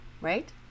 right